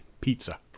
pizza